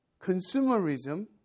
consumerism